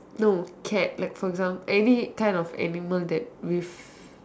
no cat like for example any kind of animal that with